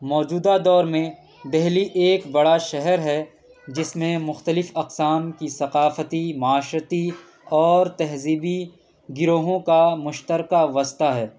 موجودہ دور میں دہلی ایک بڑا شہر ہے جس میں مختلف اقسام کی ثقافتی معاشرتی اور تہذیبی گروہوں کا مشترکہ وسطی ہے